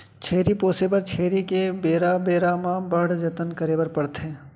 छेरी पोसे बर छेरी के बेरा बेरा म बड़ जतन करे बर परथे